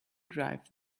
drive